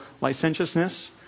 licentiousness